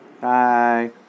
bye